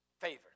favor